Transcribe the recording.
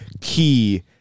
key